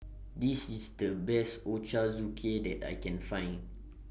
This IS The Best Ochazuke that I Can Find